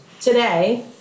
Today